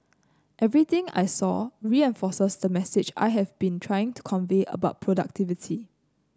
everything I saw reinforces the message I have been trying to convey about productivity